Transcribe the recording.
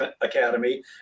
academy